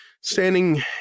standing